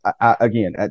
again